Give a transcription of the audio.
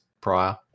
prior